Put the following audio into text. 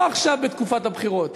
לא עכשיו ובתקופת הבחירות,